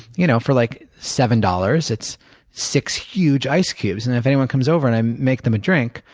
you know for like seven dollars, it's six huge ice cubes. and, if anyone comes over and i make them a drink,